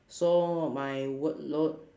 so my workload